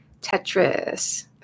Tetris